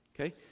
okay